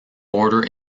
order